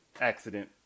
Accident